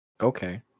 Okay